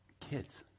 kids